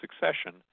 succession